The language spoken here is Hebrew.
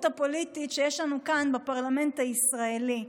הפוליטית שיש לנו בפרלמנט הישראלי.